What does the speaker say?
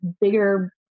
bigger